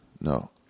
No